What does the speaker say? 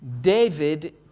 David